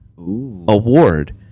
award